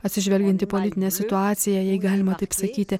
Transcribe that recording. atsižvelgiant į politinę situaciją jei galima taip sakyti